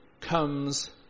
comes